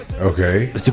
Okay